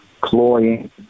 cloying